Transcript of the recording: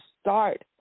start